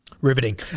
Riveting